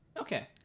okay